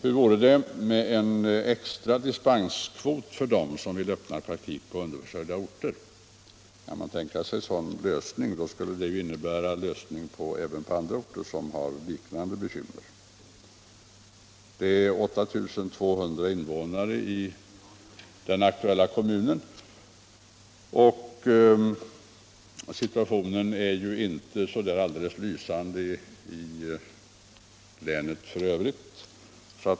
Hur vore det med en extra dispenskvot för dem som vill öppna praktik på underförsörjda orter? Det skulle i så fall kunna innebära en lösning även på andra orter med liknande bekymmer. Det finns 8 200 invånare i den aktuella kommunen och situationen är heller inte särskilt lysande för länet i övrigt.